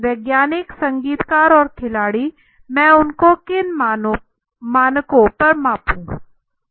वैज्ञानिक संगीतकार और खिलाड़ी मैं उनको किन मानकों पर मापूंगा